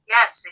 Yes